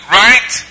right